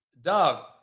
Dog